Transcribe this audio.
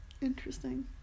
interesting